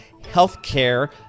healthcare